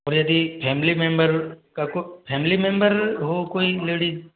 और यदि family member का को फ़ैमिली मेम्बर हो कोई लेडिज़